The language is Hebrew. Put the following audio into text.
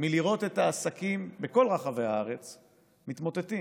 מלראות את העסקים בכל רחבי הארץ מתמוטטים,